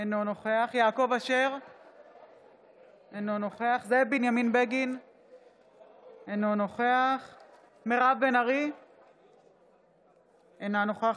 ידעו כי עונשם יהיה מיידי וסופי ולא תהיה להם תקווה